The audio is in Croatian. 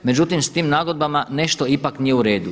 Međutim, s tim nagodbama nešto ipak nije uredu.